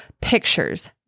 pictures